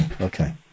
Okay